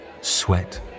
sweat